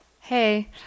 Hey